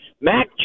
Mac